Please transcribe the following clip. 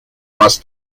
más